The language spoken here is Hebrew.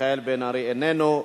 מיכאל בן-ארי, איננו.